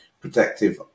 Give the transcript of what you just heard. protective